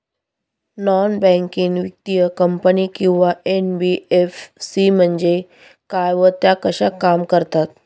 Non banking वित्तीय company किंवा NBFC म्हणजे काय व त्या कशा काम करतात?